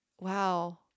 wow